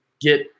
get